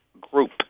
group